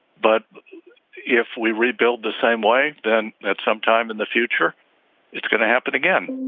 but if we rebuild the same way then that sometime in the future it's going to happen again.